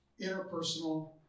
interpersonal